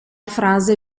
frase